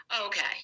Okay